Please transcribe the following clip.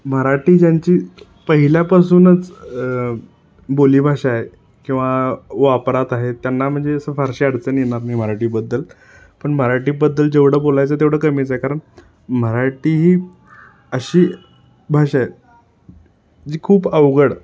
मराठी ज्यांची पहिल्यापासूनच बोलीभाषा आहे किंवा वापरात आहे त्यांना म्हणजे असं फारशी अडचण येणार नाही मी मराठीबद्दल पण मराठीबद्दल जेवढं बोलायचं आहे तेवढं कमीच आहे कारण मराठी ही अशी भाषा आहे जी खूप अवघड